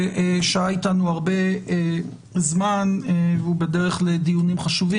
ששהה איתנו הרבה זמן, והוא בדרך לדיונים חשובים.